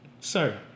sir